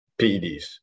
peds